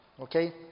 Okay